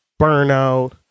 burnout